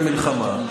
במלחמה,